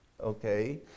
okay